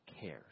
cares